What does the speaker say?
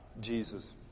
Jesus